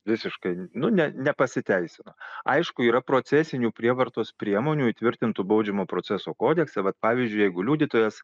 visiškai nu ne nepasiteisino aišku yra procesinių prievartos priemonių įtvirtintų baudžiamo proceso kodekse vat pavyzdžiui jeigu liudytojas